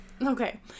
okay